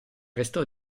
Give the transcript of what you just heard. restò